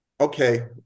okay